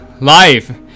life